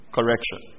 Correction